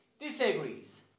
disagrees